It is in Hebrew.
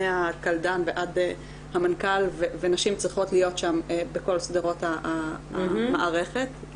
מהקלדן ועד המנכ"ל ונשים צריכות להיות שם בכל שדרות המערכת כי